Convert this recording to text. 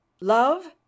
Love